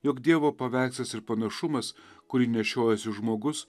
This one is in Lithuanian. jog dievo paveikslas ir panašumas kurį nešiojasi žmogus